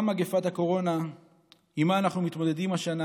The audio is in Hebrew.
מגפת הקורונה שעימה אנחנו מתמודדים השנה